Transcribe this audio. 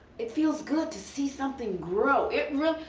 it feels good to see something grow. it really,